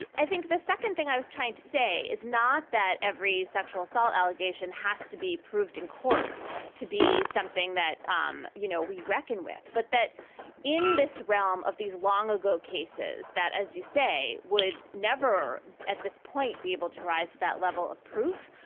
i think the second thing i was trying to say is not that every sexual assault allegation has to be proved in court to be something that, um you know, we reckoned with, but that in this realm of these long ago cases that, as you say, would never at this point be able to rise to that level of proof.